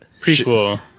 Prequel